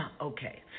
Okay